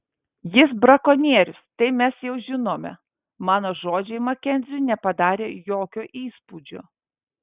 jis brakonierius tai mes jau žinome mano žodžiai makenziui nepadarė jokio įspūdžio